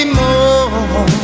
more